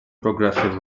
progressive